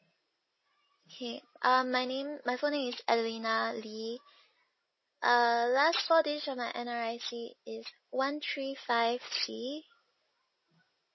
okay um my name my full name is alina lee uh last four digit of my N_R_I_C is one three five C